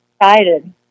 excited